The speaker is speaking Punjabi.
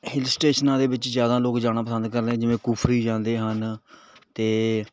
ਹਿੱਲ ਸਟੇਸ਼ਨਾਂ ਦੇ ਵਿੱਚ ਜ਼ਿਆਦਾ ਲੋਕ ਜਾਣਾ ਪਸੰਦ ਕਰਦੇ ਹਨ ਜਿਵੇਂ ਕੁਫਰੀ ਜਾਂਦੇ ਹਨ ਅਤੇ